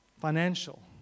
financial